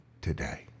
today